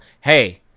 hey